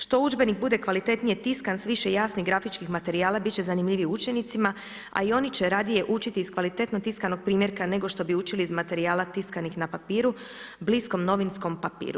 Što udžbenik bude kvalitetnije tiskan s više jasnih grafičkih materijala bit će zanimljiviji učenicima, a i oni će radije učiti iz kvalitetno tiskanog primjerka nego što bi učili iz materijala tiskanih na papiru, bliskom novinskom papiru.